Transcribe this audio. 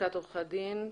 מלשכת עורכי הדין.